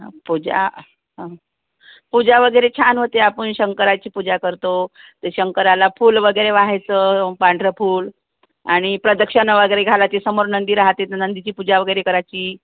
पूजा पूजा वगैरे छान होते आपन शंकराची पूजा करतो ते शंकराला फूल वगैरे वहायचं पांढर फुल आणि प्रदक्षिणा वगैरे घालायची समोर नंदी राहते तर नंदीची पूजा वगैरे करायची